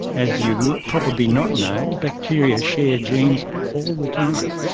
as you may probably not know, bacteria share genes all the time.